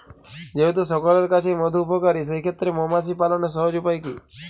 যেহেতু সকলের কাছেই মধু উপকারী সেই ক্ষেত্রে মৌমাছি পালনের সহজ উপায় কি?